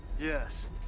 Yes